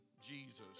Jesus